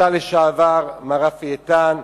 השר לשעבר מר רפי איתן,